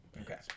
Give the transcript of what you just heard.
Okay